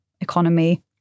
economy